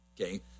Okay